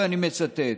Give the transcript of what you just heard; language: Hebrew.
ואני מצטט: